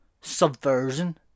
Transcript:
subversion